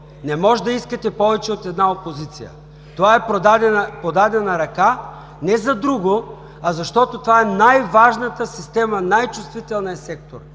Не може да искате повече от една опозиция. Това е подадена ръка, не за друго, а защото това е най-важната система, най-чувствителният сектор,